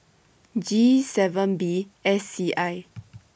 G seven B S C I